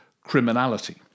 criminality